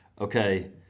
okay